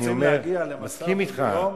אני מסכים אתך.